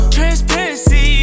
Transparency